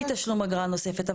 בלי תשלום אגרה נוספת.